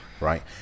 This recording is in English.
right